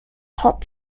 hot